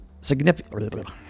significant